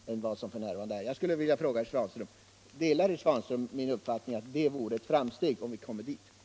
Delar herr Svanström min uppfattning att det vore ett framsteg om vi fick en sådan ordning?